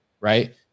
right